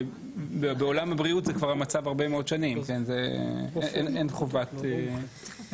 בעולם הבריאות זהו המצב כבר הרבה מאוד שנים; אין חובת רישיון.